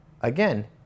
Again